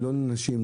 לא לנשים,